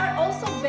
also very